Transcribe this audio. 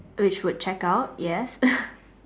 which would check out yes